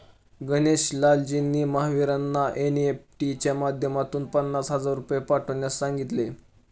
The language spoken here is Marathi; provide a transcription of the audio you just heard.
गणेश लालजींनी महावीरांना एन.ई.एफ.टी च्या माध्यमातून पन्नास हजार रुपये पाठवण्यास सांगितले